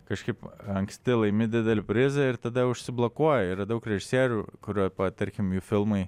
kažkaip anksti laimi didelį prizą ir tada užsiblokuoja yra daug režisierių kurio patarkim filmai